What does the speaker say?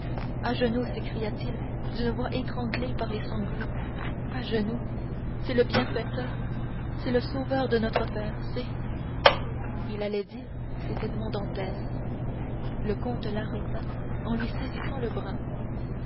à genoux s'écria-t-il d'une voix étranglée par les sanglots à genoux c'est le bienfaiteur c'est le sauveur de notre père c'est il allait dire c'est edmond dantès le comte l'arrêta en lui saisissant le bras